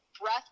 breath